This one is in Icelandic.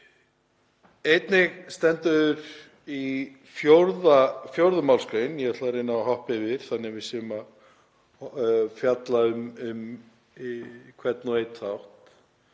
Einnig stendur í 4. mgr., ég ætla að reyna að hoppa yfir þannig að við séum að fjalla um hvern og einn þátt,